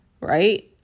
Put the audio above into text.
right